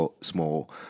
small